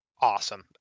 awesome